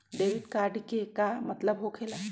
Debit card के का मतलब होकेला?